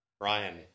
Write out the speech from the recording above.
Ryan